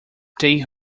they